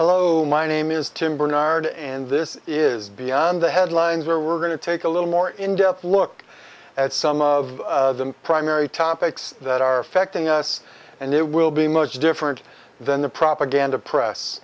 hello my name is tim barnard and this is beyond the headlines where we're going to take a little more in depth look at some of the primary topics that are affecting us and it will be much different than the propaganda press